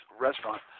restaurant